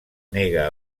nega